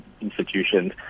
institutions